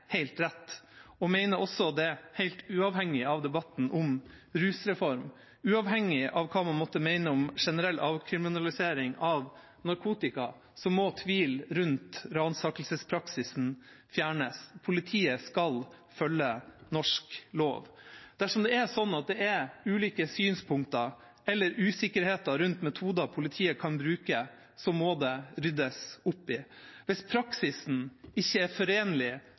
helt rett og mener også det helt uavhengig av debatten om rusreform. Uavhengig av hva man måtte mene om generell avkriminalisering av narkotika, må tvil rundt ransakelsespraksisen fjernes. Politiet skal følge norsk lov. Dersom det er sånn at ulike synspunkter eller usikkerhet rundt metoder politiet kan bruke, må det ryddes opp i. Hvis praksis ikke er forenlig